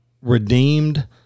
Redeemed